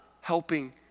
helping